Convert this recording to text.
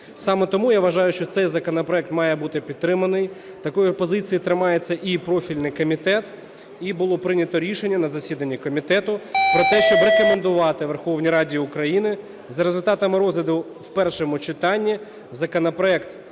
Саме тому, я вважаю, що цей законопроект має бути підтриманий, такої позиції тримається і профільний комітет. І було прийнято рішення на засіданні комітету про те, щоб рекомендувати Верховній Раді України за результатами розгляду в першому читанні законопроект